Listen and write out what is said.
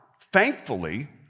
thankfully